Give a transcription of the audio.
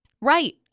Right